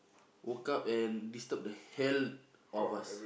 woke up and disturb the hell of us